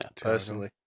Personally